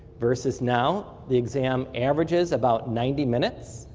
versus now, the exam averages about ninety minutes.